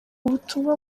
butumwa